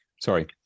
sorry